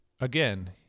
again